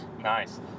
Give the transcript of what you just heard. Nice